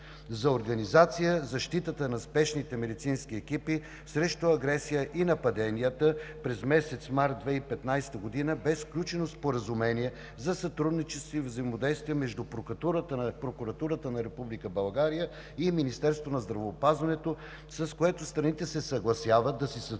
За организация защитата на спешните медицински екипи срещу агресията и нападенията през месец март 2015 г. бе сключено Споразумение за сътрудничество и взаимодействие между Прокуратурата на Република България и Министерството на здравеопазването, с което страните се съгласяват да си сътрудничат